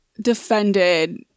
defended